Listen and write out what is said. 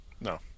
No